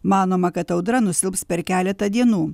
manoma kad audra nusilps per keletą dienų